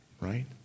right